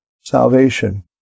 salvation